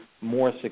more